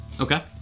Okay